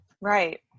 right